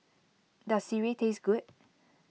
does Sireh taste good